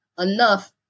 enough